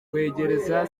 kwegereza